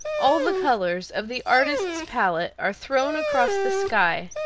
all the colors of the artist's palette are thrown across the sky,